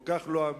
כל כך לא אמין,